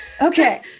Okay